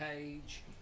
page